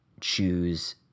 choose